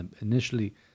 Initially